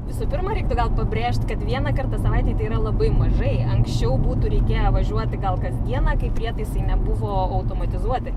visų pirma reiktų pabrėžt kad vieną kartą savaitėj tai yra labai mažai anksčiau būtų reikėję važiuoti gal kad dieną kai prietaisai nebuvo automatizuoti